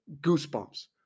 goosebumps